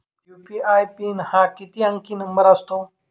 UPI PIN हा किती अंकी नंबर असतो?